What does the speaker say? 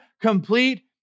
complete